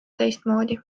teistmoodi